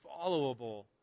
followable